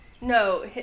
No